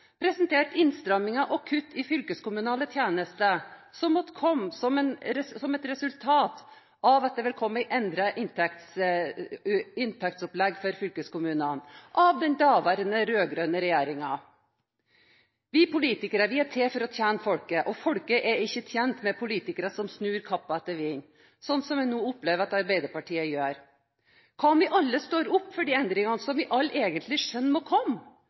presentert innstramminger og kutt i fylkeskommunale tjenester som måtte komme som et resultat av at det ville komme et endret inntektsopplegg for fylkeskommunene med den daværende rød-grønne regjeringen. Vi politikere er til for å tjene folket, og folket er ikke tjent med politikere som snur kappen etter vinden – som jeg nå opplever at Arbeiderpartiet gjør. Hva om vi alle står opp for de endringene som vi alle egentlig skjønner må komme?